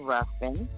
Ruffin